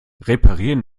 reparieren